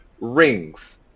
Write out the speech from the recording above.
rings